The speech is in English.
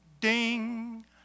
Ding